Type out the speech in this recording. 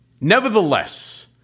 Nevertheless